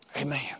Amen